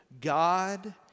God